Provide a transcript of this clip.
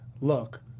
look